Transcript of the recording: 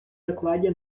докладе